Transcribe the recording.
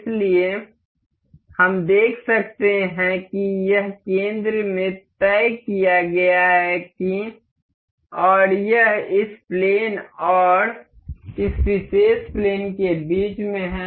इसलिए हम देख सकते हैं कि यह केंद्र में तय किया गया है और यह इस प्लेन और इस विशेष प्लेन के बीच में है